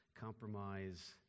Compromise